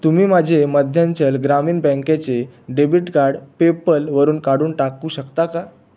तुम्ही माझे मध्यांचल ग्रामीण बँकेचे डेबिट कार्ड पेपलवरून काढून टाकू शकता का